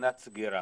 בסכנת סגירה